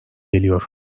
geliyor